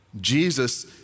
Jesus